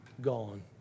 gone